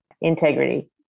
integrity